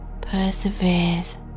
perseveres